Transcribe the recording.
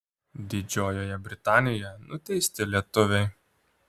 didžiojoje britanijoje nuteisti lietuviai